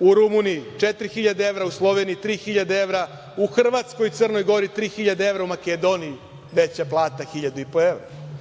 u Rumuniji 4.000 evra, u Sloveniji 3.000 evra, u Hrvatskoj i Crnoj Gori 3.000 evra, u Makedoniji veća plata 1.500 evra. Ako